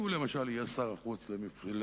אולי הוא, למשל, יהיה שר החוץ למדינות